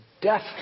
death